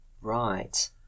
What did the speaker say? Right